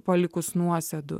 palikus nuosėdų